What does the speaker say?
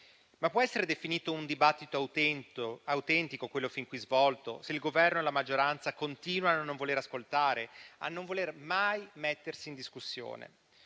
Ma può essere definito un dibattito autentico quello fin qui svolto, se il Governo e la maggioranza continuano a non voler ascoltare, a non voler mai mettersi in discussione?